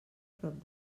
prop